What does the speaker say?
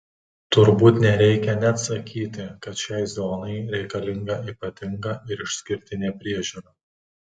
turbūt nereikia net sakyti kad šiai zonai reikalinga ypatinga ir išskirtinė priežiūra